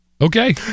Okay